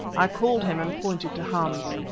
i called him and pointed to hans.